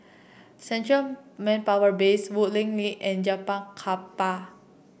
Central Manpower Base Woodleigh Link and Japang Kapal